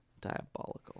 diabolical